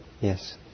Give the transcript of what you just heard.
Yes